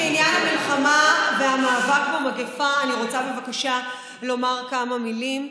בעניין המלחמה והמאבק במגפה אני רוצה בבקשה לומר כמה מילים.